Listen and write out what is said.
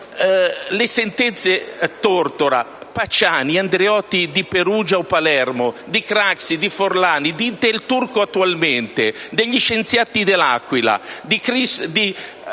le sentenze Tortora, Pacciani, Andreotti (di Perugia o Palermo), di Craxi, di Forlani, di Del Turco, degli scienziati dell'Aquila, di